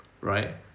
right